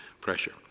pressure